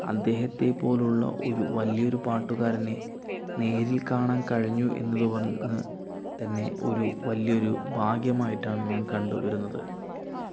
അദ്ദേഹത്തെ പോലുള്ള ഒരു വലിയൊരു പാട്ടുകാരനെ നേരിൽ കാണാൻ കഴിഞ്ഞു എന്നതു വന്ന് തന്നെ ഒരു വലിയൊരു ഭാഗ്യമായിട്ടാണ് ഞാൻ കണ്ടുവരുന്നത്